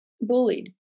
bullied